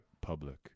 public